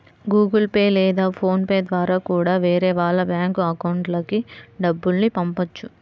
Google Pay లేదా PhonePe ద్వారా కూడా వేరే వాళ్ళ బ్యేంకు అకౌంట్లకి డబ్బుల్ని పంపొచ్చు